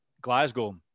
Glasgow